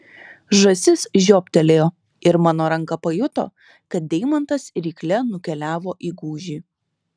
žąsis žioptelėjo ir mano ranka pajuto kad deimantas rykle nukeliavo į gūžį